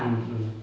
mm mm